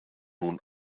nun